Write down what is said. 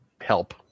help